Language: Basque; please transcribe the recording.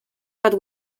bat